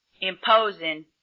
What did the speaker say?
imposing